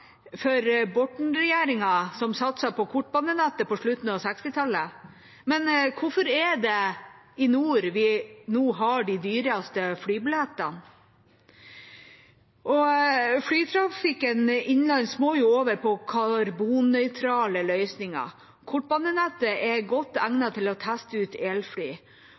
for Borten-regjeringa som satset på kortbanenettet på slutten av 1960-tallet, men hvorfor er det i nord vi nå har de dyreste flybillettene? Og flytrafikken innenlands må jo over på karbonnøytrale løsninger. Kortbanenettet er godt egnet til å teste ut elfly,